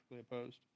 opposed